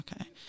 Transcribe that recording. Okay